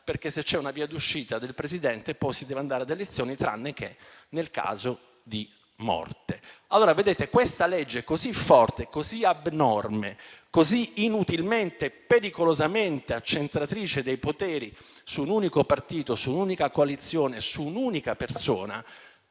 perché se c'è una via d'uscita del Presidente poi si deve andare ad elezioni, tranne che nel caso di morte. Questa legge così forte e così abnorme, così inutilmente e pericolosamente accentratrice dei poteri su un unico partito, su un'unica coalizione, su un'unica persona,